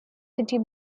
city